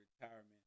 retirement